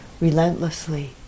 relentlessly